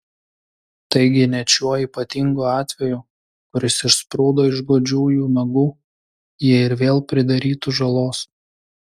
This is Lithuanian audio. taigi net šiuo ypatingu atveju kuris išsprūdo iš godžių jų nagų jie ir vėl pridarytų žalos